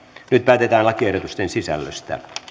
nyt päätetään lakiehdotusten sisällöstä